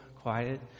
quiet